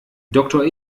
doktor